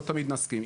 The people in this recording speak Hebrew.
לא תמיד נסכים.